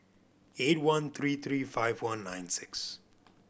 eight one three three five one nine six